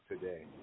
today